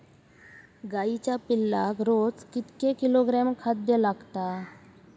गाईच्या पिल्लाक रोज कितके किलोग्रॅम खाद्य लागता?